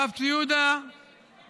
הרב צבי יהודה התנגד